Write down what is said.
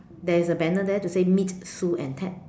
there's a banner there to say meet Sue and Ted